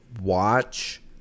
Watch